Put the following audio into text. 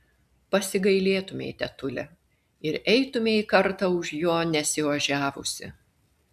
pasigailėtumei tetule ir eitumei kartą už jo nesiožiavusi